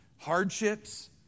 hardships